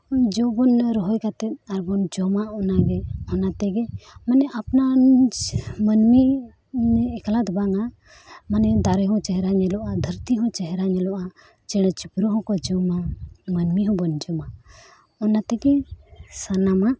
ᱡᱚ ᱵᱚᱱ ᱨᱚᱦᱚᱭ ᱠᱟᱛᱮᱫ ᱟᱨᱵᱚᱱ ᱡᱚᱢᱟ ᱚᱱᱟᱜᱮ ᱚᱱᱟ ᱛᱮᱜᱮ ᱢᱟᱱᱮ ᱟᱯᱱᱟᱨ ᱢᱟᱹᱱᱢᱤ ᱮᱠᱞᱟ ᱫᱚ ᱵᱟᱝᱟ ᱢᱟᱱᱮ ᱫᱟᱨᱮ ᱦᱚᱸ ᱪᱮᱦᱨᱟ ᱧᱮᱞᱚᱜᱼᱟ ᱫᱷᱟᱹᱨᱛᱤ ᱦᱚᱸ ᱪᱮᱦᱨᱟ ᱧᱮᱞᱚᱜᱼᱟ ᱪᱮᱬᱮ ᱪᱤᱯᱨᱩᱫ ᱦᱚᱸᱠᱚ ᱡᱚᱢᱟ ᱢᱟᱹᱱᱢᱤ ᱦᱚᱸᱵᱚᱱ ᱡᱚᱢᱟ ᱚᱱᱟ ᱛᱮᱜᱮ ᱥᱟᱱᱟᱢᱟᱜ